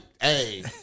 hey